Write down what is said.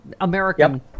american